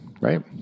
Right